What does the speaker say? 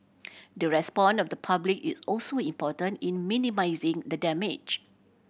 the respond of the public is also important in minimising the damage